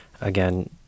again